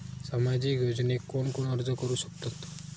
सामाजिक योजनेक कोण कोण अर्ज करू शकतत?